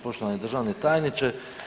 Poštovani državni tajniče.